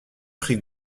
pris